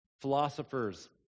philosophers